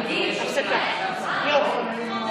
אסירים וכלואים בתקופת התפשטות נגיף הקורונה החדש (הוראת